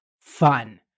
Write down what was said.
fun